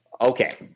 Okay